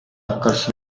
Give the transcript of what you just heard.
occurs